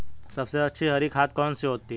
सबसे अच्छी हरी खाद कौन सी होती है?